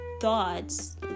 thoughts